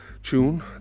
June